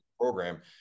program